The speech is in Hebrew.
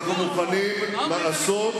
אנחנו מוכנים לעשות,